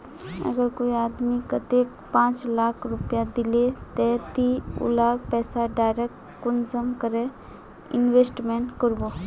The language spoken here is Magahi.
अगर कोई आदमी कतेक पाँच लाख रुपया दिले ते ती उला पैसा डायरक कुंसम करे इन्वेस्टमेंट करबो?